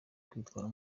kwitwara